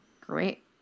Great